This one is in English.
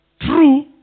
true